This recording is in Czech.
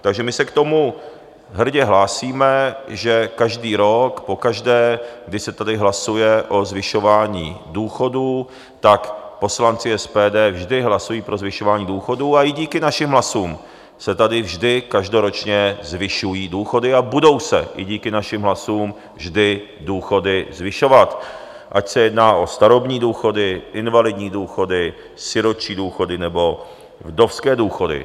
Takže my se k tomu hrdě hlásíme, že každý rok, pokaždé když se tady hlasuje o zvyšování důchodů, poslanci SPD vždy hlasují pro zvyšování důchodů a i díky našim hlasům se tady vždy každoročně zvyšují důchody a budou se díky našim hlasům vždy důchody zvyšovat, ať se jedná o starobní důchody, invalidní důchody, sirotčí důchody nebo vdovské důchody.